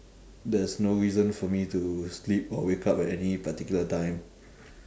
there's no reason for me to sleep or wake up at any particular time